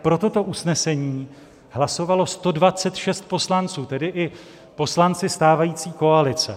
Pro toto usnesení hlasovalo 126 poslanců, tedy i poslanci stávající koalice.